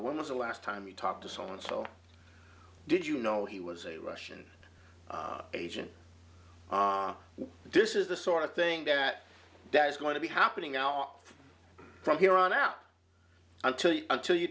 when was the last time you talked to someone so did you know he was a russian agent this is the sort of thing that that is going to be happening now from here on out until you until you